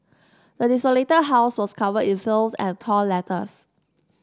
the desolated house was covered in filth and torn letters